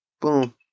Boom